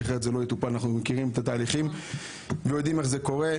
כי אחרת זה לא יטופל ואנחנו מכירים את התהליכים ויודעים איך זה קורה.